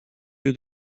lieu